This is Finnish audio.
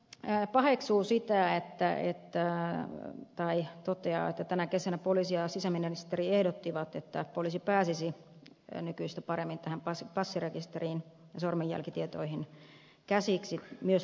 he paheksuu sitä että ei hän myös toteaa että tänä kesänä poliisi ja sisäministeri ehdottivat että poliisi pääsisi nykyistä paremmin passirekisteriin ja sormenjälkitietoihin käsiksi myös rikostutkinnassa